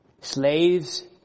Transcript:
Slaves